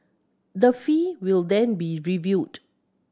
the fee will then be reviewed